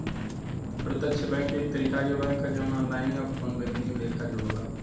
प्रत्यक्ष बैंक एक तरीका के बैंक ह जवन ऑनलाइन या फ़ोन बैंकिंग लेखा होला